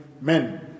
men